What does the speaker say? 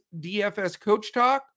dfscoachtalk